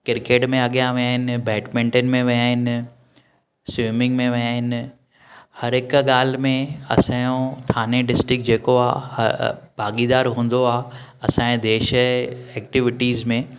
cricket में अॻियां विया आहिनि बैड्मिंटन में विया आहिनि स्विमिंग में विया आहिनि हर हिक ॻाल्हि में असां जो थाने डिस्टिक जेको आहे भाॻीदार हूंदो आहे असांजे देश जे ऐक्टिविटीस में